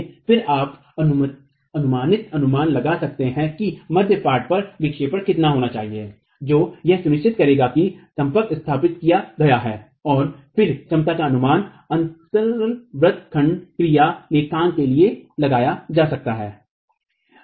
फिर आप अनुमानित अनुमान लगा सकते हैं कि मध्य पाट पर विक्षेपण कितना होना चाहिए जो यह सुनिश्चित करेगा कि संपर्क स्थापित किया गया है और फिर क्षमता का अनुमान अन्तर व्रत खंड क्रिया लेखांकन के लिए लगाया जा सकता है